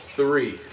three